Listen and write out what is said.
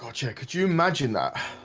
ah chet could you imagine that?